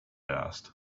asked